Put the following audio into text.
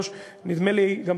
אני זוכר את